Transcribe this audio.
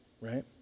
right